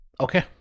Okay